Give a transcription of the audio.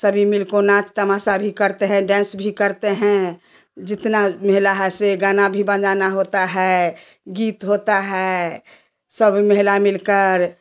सभी मिलको नाच तमाशा भी करते है डेंस भी करते हैं जितना महिला है से गाना भी बजाना होता है गीत होता है सब महिला मिलकर